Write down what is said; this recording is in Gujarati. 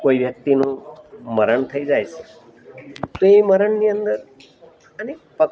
કોઈ વ્યક્તિનું મરણ થઈ જાય છે તો એ મરણની અંદર અનેક